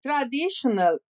traditional